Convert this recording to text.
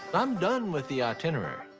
i'm done with the itinerary.